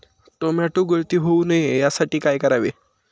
Tomato गळती होऊ नये यासाठी काय करावे?